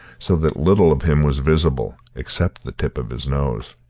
so that little of him was visible except the tip of his nose.